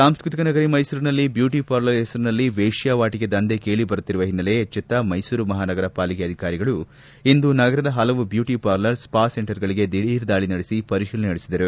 ಸಾಂಸ್ಕೃತಿಕ ನಗರಿ ಮೈಸೂರಿನಲ್ಲಿ ಬ್ಯೂಟಿ ಪಾರ್ಲರ್ ಹೆಸರಲ್ಲಿ ವೇಶ್ವಾವಾಟಕೆ ದಂಧೆ ಕೇಳಿ ಬರುತ್ತಿರುವ ಹಿನ್ನೆಲೆ ಎಚ್ಚೆತ್ತ ಮೈಸೂರು ಮಹಾನಗರ ಪಾಲಿಕೆ ಅಧಿಕಾರಿಗಳು ಇಂದು ನಗರದ ಪಲವು ಬ್ಯೂಟಿ ಪಾರ್ಲರ್ ಸ್ವಾ ಸೆಂಟರ್ ಗಳಿಗೆ ಧಿಡೀರ್ ದಾಳಿ ನಡೆಸಿ ಪರಿಶೀಲನೆ ನಡೆಸಿದರು